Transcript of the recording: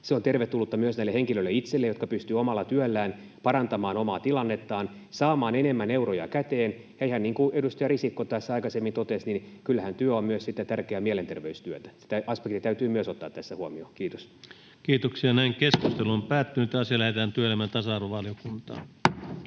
se on tervetullutta myös näille henkilöille itselleen, jotka pystyvät omalla työllään parantamaan omaa tilannettaan ja saamaan enemmän euroja käteen, ja ihan niin kuin edustaja Risikko tässä aikaisemmin totesi, kyllähän työ on myös tärkeää mielenterveystyötä. Se aspekti täytyy myös ottaa tässä huomioon. — Kiitos. Lähetekeskustelua varten esitellään päiväjärjestyksen